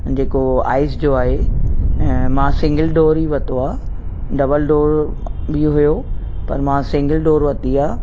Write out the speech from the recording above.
जेको आइस जो आहे मां सिंगल डोर ई वरितो आहे डबल डोर बि हुयो पर मां सिंगल डोर वरिती आहे